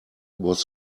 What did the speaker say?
was